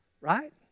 Right